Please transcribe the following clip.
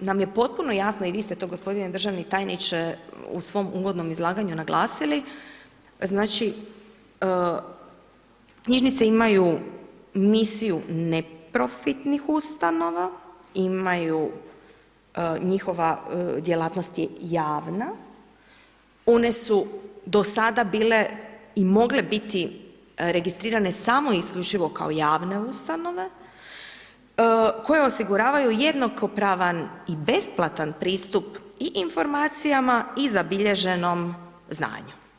nam je potpuno jasno i vi ste to gospodine državni tajniče u svom uvodnom izlaganju naglasili, znači knjižnice imaju misiju neprofitnih ustanova, imaju njihova djelatnost je javna, one su do sada bile i mogle biti registrirane samo i isključivo kao javne ustanove koje osiguravaju jednakopravan i besplatan pristup i informacijama i zabilježenom znanju.